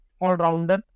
all-rounder